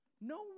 No